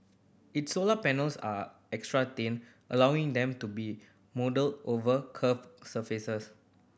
its solar panels are extra thin allowing them to be moulded over curved surfaces